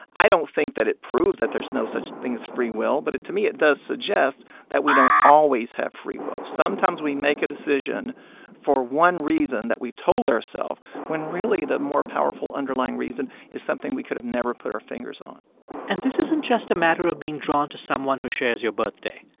i don't think that it proves that there's no such thing as free will. but it to me, it does suggest that we don't always have free will. sometimes we make a decision for one reason that we've told ourself when really the more powerful underlying reason is something we could have never put our fingers on and this isn't just a matter of being drawn to someone who shares your birthday.